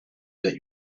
that